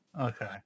okay